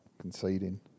conceding